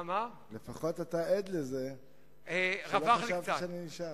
לפחות אתה היית עד לזה שלא חשבתי שאני נשאר.